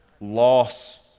loss